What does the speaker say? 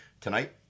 tonight